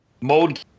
Mode